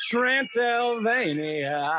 Transylvania